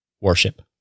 Worship